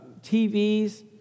TVs